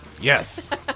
Yes